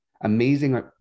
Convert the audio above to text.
amazing